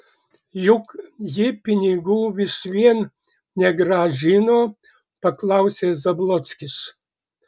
juk ji pinigų vis vien negrąžino paklausė zablockis